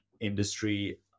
industry